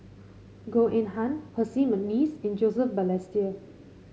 Goh Eng Han Percy McNeice and Joseph Balestier